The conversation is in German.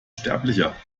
sterblicher